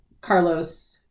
Carlos